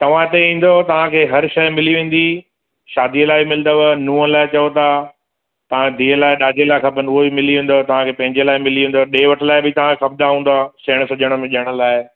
तव्हां हिते ईंदव तव्हां खे हर शइ मिली वेंदी शादीअ लाइ मिलंदव नूंहं लाइ चओ था तव्हांजे धीअ लाइ ॾाजे लाइ खपनि उहे ई मिली वेंदव तव्हां खे पंहिंजे लाइ मिली वेंदव ॾे वठ लाइ बि तव्हां खे खपंदा हूंदा सेण सॼण में ॾियण लाइ